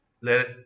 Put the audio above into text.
Let